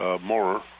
more